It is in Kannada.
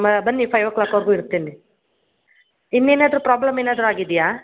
ಬನ್ನಿ ಫೈವ್ ಓ ಕ್ಲಾಕ್ ವರೆಗು ಇರ್ತೀನಿ ಇನ್ನೇನಾದ್ರು ಪ್ರಾಬ್ಲಮ್ ಏನಾದ್ರು ಆಗಿದ್ಯಾ